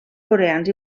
coreans